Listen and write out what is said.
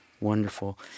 Wonderful